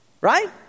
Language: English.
Right